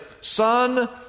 Son